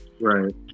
Right